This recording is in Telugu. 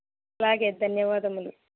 అలాగే ధన్యవాదములు